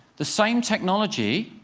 the same technology,